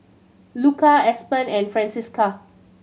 Luka Aspen and Francisca